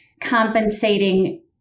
compensating